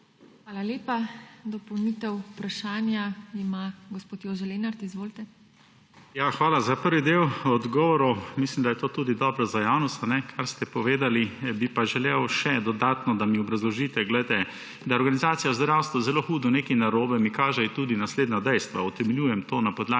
Hvala lepa. Dopolnitev vprašanja ima gospod Jože Lenart. Izvolite. JOŽE LENART (PS LMŠ): Hvala za prvi del odgovorov. Mislim, da je to tudi dobro za javnost, kar ste povedali. Bi pa želel še dodatno, da mi obrazložite. Da je z organizacijo v zdravstvu nekaj zelo hudo narobe, mi kažejo tudi naslednja dejstva. Utemeljujem to na podlagi